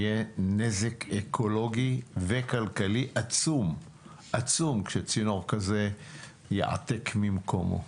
יהיה נזק אקולוגי וכלכלי עצום כשצינור כזה ייעתק ממקומו.